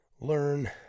learn